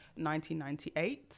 1998